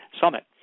Summit